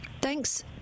Thanks